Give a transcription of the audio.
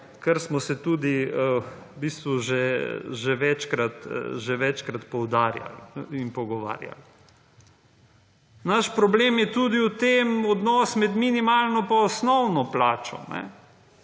kar smo se tudi v bistvu že večkrat poudarjali in pogovarjali. Naš problem je tudi v tem, odnos med minimalno pa osnovno plačo.